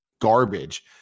garbage